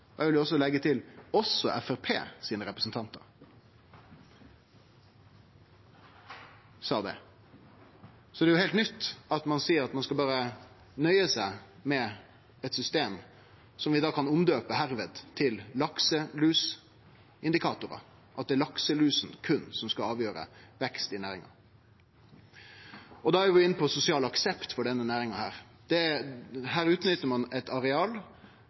Eg vil leggje til at også representantane frå Framstegspartiet sa det. Så det er heilt nytt at ein seier at ein skal nøye seg med eit system som vi hermed kan døype om til lakselusindikatorar – at det er berre lakselusa som skal avgjere vekst i næringa. Da er vi inne på sosial aksept for næringa. Her utnyttar ein eit areal der det er